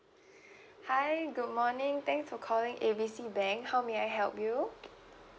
hi good morning thanks for calling A B C bank how may I help you